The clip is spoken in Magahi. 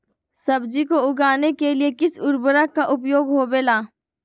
सब्जी को उगाने के लिए किस उर्वरक का उपयोग होबेला?